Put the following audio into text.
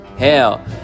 hell